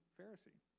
Pharisee